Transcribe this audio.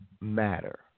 matter